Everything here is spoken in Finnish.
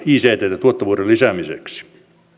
icttä tuottavuuden lisäämiseksi